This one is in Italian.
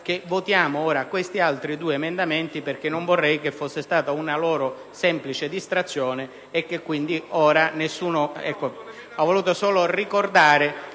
grazie.